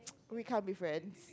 we can't be friends